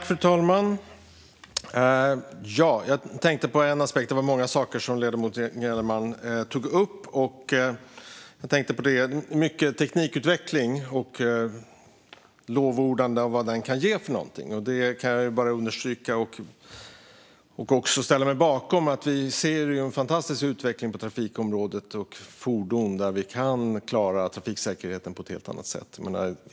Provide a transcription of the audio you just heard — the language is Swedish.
Fru talman! Jag tänkte på en aspekt. Det var många saker som ledamoten Gellerman tog upp. Det var mycket om teknikutveckling och lovordande av vad den kan ge för någonting. Det kan jag bara understryka. Jag kan också ställa mig bakom att vi ser en fantastisk utveckling på trafikområdet och för fordon där vi kan klara trafiksäkerheten på ett helt annat sätt.